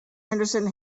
henderson